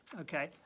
okay